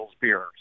beer